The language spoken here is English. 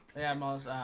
yeah memos